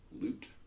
loot